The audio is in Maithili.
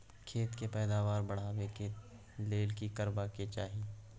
खेत के पैदावार बढाबै के लेल की करबा के चाही?